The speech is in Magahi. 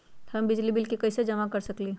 हम बिजली के बिल कईसे जमा कर सकली ह?